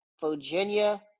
Virginia